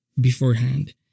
beforehand